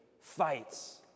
fights